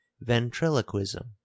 ventriloquism